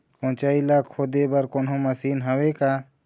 कोचई ला खोदे बर कोन्हो मशीन हावे का?